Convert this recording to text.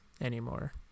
anymore